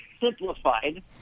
simplified